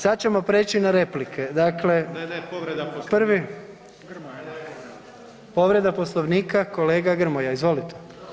Sad ćemo preći na replike dakle, [[Upadica: Ne, ne povreda Poslovnika.]] povreda Poslovnika kolega Grmoja, izvolite.